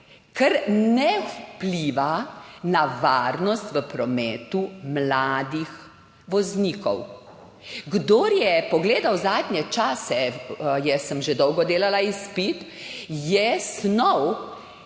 kar ne vpliva na varnost v prometu mladih voznikov. Kdor je pogledal, zadnje čase, jaz sem že dolgo [nazaj] delala izpit, je snov